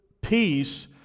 peace